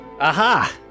Aha